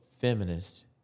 feminist